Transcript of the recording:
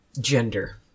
gender